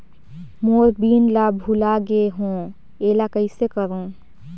मोर PIN ला भुला गे हो एला कइसे करो?